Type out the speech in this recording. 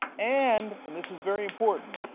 and, and this is very important,